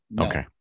Okay